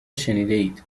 شنیدهاید